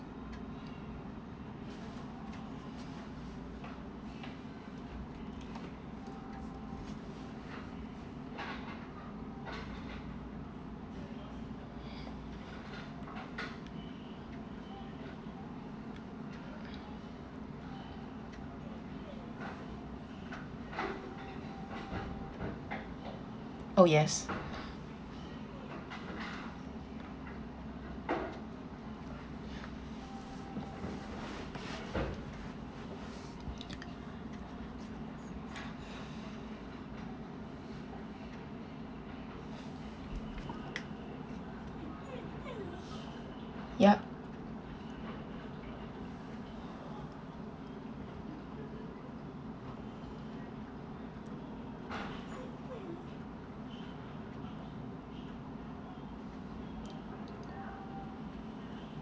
oh yes yup